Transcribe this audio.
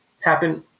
happen –